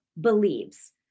believes